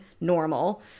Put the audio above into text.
Normal